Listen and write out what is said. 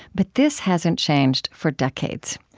but this hasn't changed for decades.